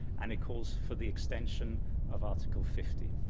and it calls for the extension of article fifty.